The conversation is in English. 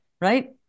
right